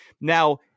Now